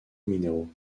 mineiro